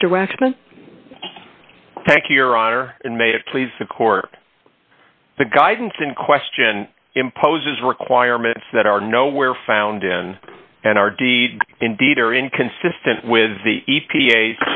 waxman thank you your honor and may have please the court the guidance in question imposes requirements that are nowhere found in and our deeds indeed are inconsistent with the e